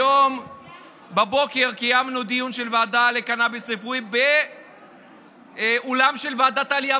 היום בבוקר קיימנו דיון של הוועדה לקנביס רפואי באולם של ועדת העלייה,